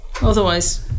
Otherwise